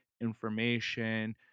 information